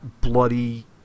bloody